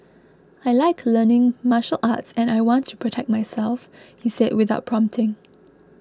I like learning martial arts and I want to protect myself he said without prompting